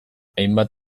hainbat